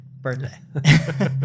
birthday